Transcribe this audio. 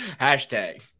Hashtag